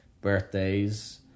birthdays